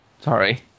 Sorry